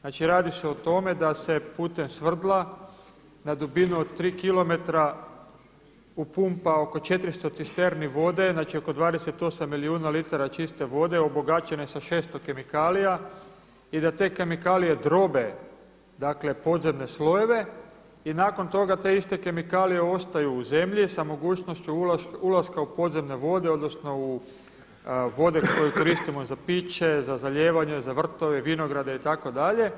Znači radi se o tome da se putem svrdla na dubinu od 3km upumpa oko 400 cisterni vode, znači 28 milijuna litara čiste vode obogaćene sa 600 kemikalija i da te kemikalije drobe dakle podzemne slojeve i nakon toga te iste kemikalije ostaju u zemlji sa mogućnošću ulaska u podzemne vode, odnosno u vode koje koristimo za piće, za zalijevanje, za vrtove, vinograde itd.